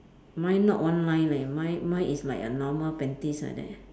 mine not one line leh mine mine is like a normal panties like that